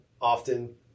often